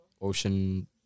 ocean